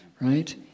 right